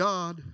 God